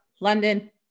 London